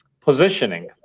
positioning